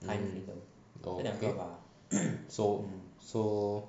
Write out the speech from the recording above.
mm oh okay so so